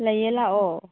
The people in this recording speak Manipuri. ꯂꯩꯌꯦ ꯂꯥꯛꯑꯣ